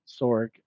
Sorg